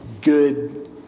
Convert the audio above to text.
good